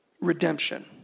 Redemption